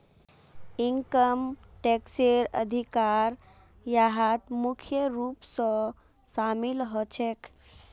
income टैक्सेर अधिकारी यहात मुख्य रूप स शामिल ह छेक